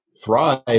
thrive